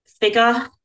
Figure